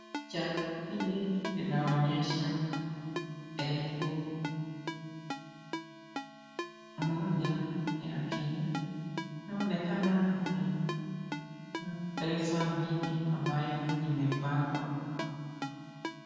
Picha hili linaonyesha elfu moja ya kenya, kunaonekana ni pesa mingi ambayo imepangwa.